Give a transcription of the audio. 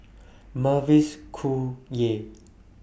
Mavis Khoo Oei